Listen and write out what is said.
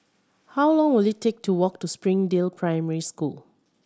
how long will it take to walk to Springdale Primary School